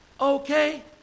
Okay